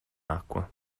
acqua